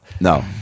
no